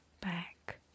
back